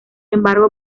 embargo